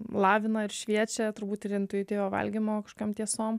lavina ir šviečia turbūt ir intuityviojo valgymo kažkokiom tiesom